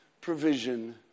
provision